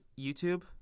YouTube